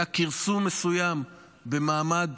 שבשנים האחרונות היה כרסום מסוים במעמד